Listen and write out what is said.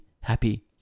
happy